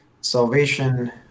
salvation